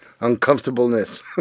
uncomfortableness